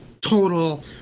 total